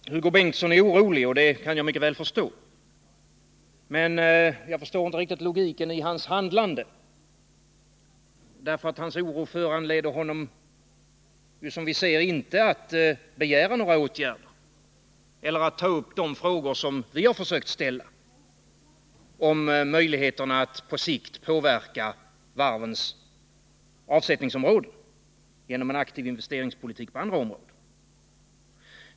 för Svenska Varv Herr talman! Hugo Bengtsson är orolig, och det kan jag mycket väl förstå. AB Men jag förstår inte riktigt logiken i hans handlande, därför att den oro han känner föranleder ju honom inte, som vi ser, att begära några åtgärder eller att ta upp de frågor som vi har försökt att ställa om möjligheterna att på sikt positivt påverka varvens avsättningsområden genom att föreslå en aktiv investeringspolitik på andra områden.